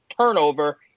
turnover